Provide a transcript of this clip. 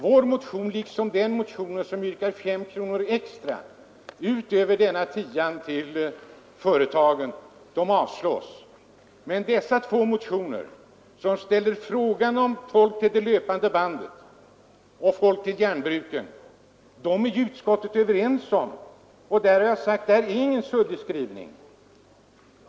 Vår motion liksom den motion som yrkar 5 kronor extra utöver tian till företagen avstyrks, men de två motioner som tar upp frågan om människorna vid det löpande bandet och människorna vid järnbruken är utskottet överens om att tillstyrka. Där är det ingen suddig skrivning.